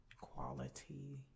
quality